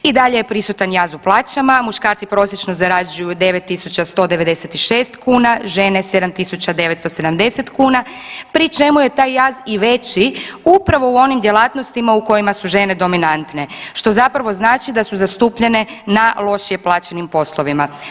I dalje je prisutan jaz u plaćama, muškarci prosječno zarađuju 9.196 kuna, žene 7.970 kuna pri čemu je taj jaz i veći upravo u onim djelatnostima u kojima su žene dominantne što zapravo znači da su zastupljene na lošije plaćenim poslovima.